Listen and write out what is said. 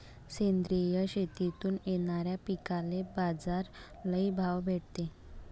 सेंद्रिय शेतीतून येनाऱ्या पिकांले बाजार लई भाव भेटते